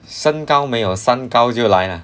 身高没有山膏就来 lah